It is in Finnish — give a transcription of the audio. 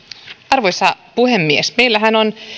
arvoisa puhemies meillähän on